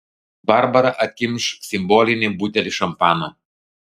barbara atkimš simbolinį butelį šampano